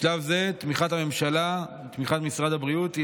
בשלב זה, תמיכת הממשלה ותמיכת משרד הבריאות היא